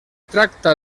tracta